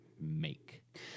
make